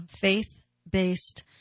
faith-based